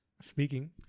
Speaking